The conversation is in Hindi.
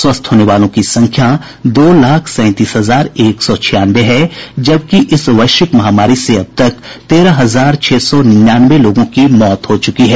स्वस्थ होने वालों की संख्या दो लाख सैंतीस हजार एक सौ छियानवे है जबकि इस वैश्विक महामारी से अब तक तेरह हजार छह सौ निन्यानवे लोगों की मौत हो चुकी है